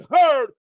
heard